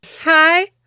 Hi